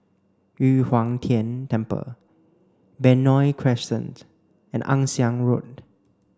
Yu Huang Tian Temple Benoi Crescent and Ann Siang Road